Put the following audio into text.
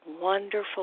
wonderful